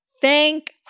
thank